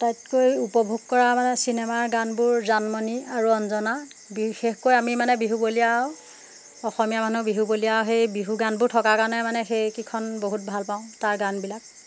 আটাইতকৈ উপভোগ কৰা মানে চিনেমাৰ গানবোৰ জানমণি আৰু অঞ্জনা বিশেষকৈ আমি মানে বিহু বলীয়া অসমীয়া মানুহ বিহু বলীয়া সেই বিহু গানবোৰ থকা কাণে মানে সেইখন বহুত ভাল পাওঁ তাৰ গানবিলাক